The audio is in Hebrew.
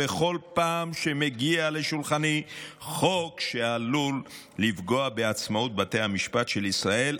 ובכל פעם שיגיע לשולחני דבר שעלול לפגוע בעצמאות בתי המשפט בישראל,